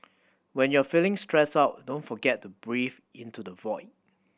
when you are feeling stressed out don't forget to breathe into the void